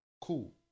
Cool